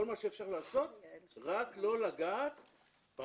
כל מה שאפשר לעשות אבל רק לא לגעת באנטנה.